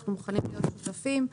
אנחנו מוכנים להיות שותפים.